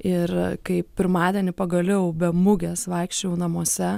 ir kaip pirmadienį pagaliau be mugės vaikščiojau namuose